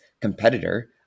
competitor